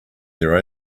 their